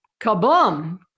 kaboom